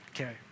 Okay